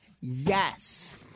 Yes